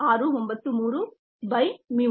693 ಬೈ mu